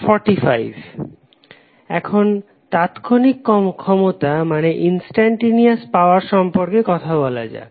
i এখন তাৎক্ষণিক ক্ষমতা সম্পর্কে কথা বলা যাক